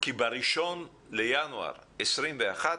כי ב-1 בינואר 21',